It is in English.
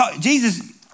Jesus